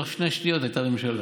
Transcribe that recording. בתוך שתי שניות הייתה ממשלה.